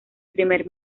primer